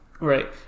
Right